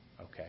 Okay